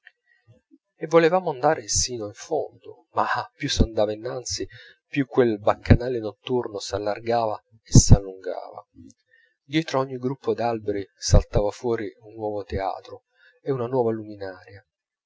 e volevamo andare sino in fondo ma più s'andava innanzi più quel baccanale notturno s'allargava e s'allungava dietro a ogni gruppo d'alberi saltava fuori un nuovo teatro e una nuova luminaria